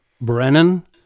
Brennan